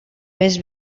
més